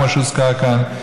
כמו שהוזכר כאן,